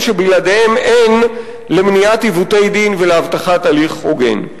שבלעדיהם אין מניעת עיוותי דין והבטחת הליך הוגן.